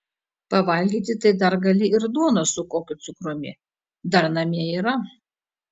pavalgyti tai dar gali ir duonos su kokiu cukrumi dar namie yra